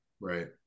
Right